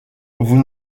vous